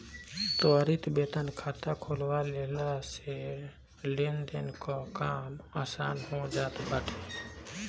त्वरित वेतन खाता खोलवा लेहला से लेनदेन कअ काम आसान हो जात बाटे